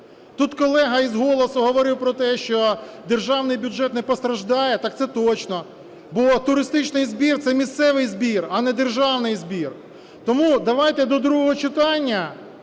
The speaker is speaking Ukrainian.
Тут колега із "Голосу" говорив про те, що державний бюджет не постраждає, так це точно. Бо туристичний збір – це місцевий збір, а не державний збір. Тому давайте до другого читання